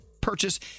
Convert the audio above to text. purchase